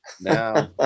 Now